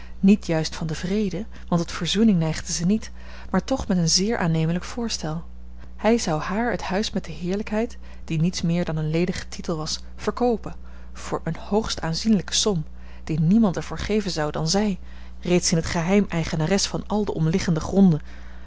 niet juist van den vrede want tot verzoening neigde zij niet maar toch met een zeer aannemelijk voorstel hij zou haar het huis met de heerlijkheid die niets meer dan een ledige titel was verkoopen voor eene hoogst aanzienlijke som die niemand er voor geven zou dan zij reeds in t geheim eigenares van al de omliggende gronden